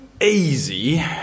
easy